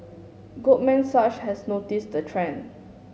Goldman Sachs has noticed the trend